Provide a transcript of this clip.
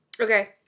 Okay